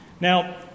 Now